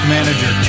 Manager